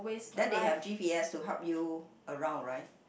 then they have G_P_S to help you around right